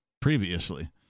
previously